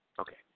Okay